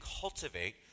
cultivate